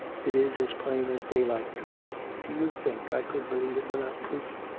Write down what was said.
it is as plain as daylight to me. do you think i could believe it without proof?